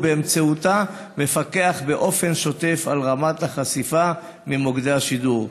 ובאמצעותה הוא מפקח באופן שוטף על רמת החשיפה ממוקדי השידור.